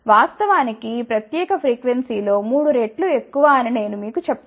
వాస్తవానికి ఈ ప్రత్యేక ఫ్రీక్వెన్సీ లో మూడు రెట్లు ఎక్కువ అని నేను మీకు చెప్తాను